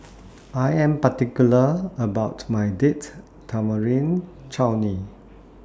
I Am particular about My Date Tamarind Chutney